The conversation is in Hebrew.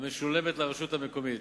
המשולמת לרשות המקומית,